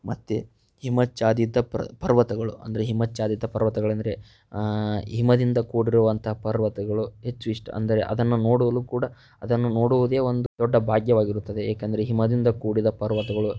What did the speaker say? ಮತ್ತು ಹಿಮಚ್ಛಾದಿತ ಪರ್ವತಗಳು ಅಂದರೆ ಹಿಮಚ್ಛಾದಿತ ಪರ್ವತಗಳಂದರೆ ಹಿಮದಿಂದ ಕೂಡಿರುವಂಥ ಪರ್ವತಗಳು ಹೆಚ್ಚು ಇಷ್ಟ ಅಂದರೆ ಅದನ್ನು ನೋಡಲು ಕೂಡ ಅದನ್ನು ನೋಡುವುದೇ ಒಂದು ದೊಡ್ಡ ಭಾಗ್ಯವಾಗಿರುತ್ತದೆ ಏಕಂದರೆ ಹಿಮದಿಂದ ಕೂಡಿದ ಪರ್ವತಗಳು